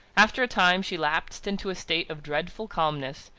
after a time she lapsed into a state of dreadful calmness,